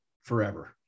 forever